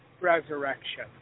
resurrection